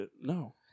No